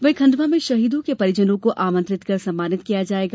वही खण्डवा में शहीदों के परिवारजनों को आमंत्रित कर सम्मानित किया जायेगा